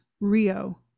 Rio